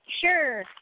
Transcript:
Sure